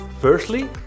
Firstly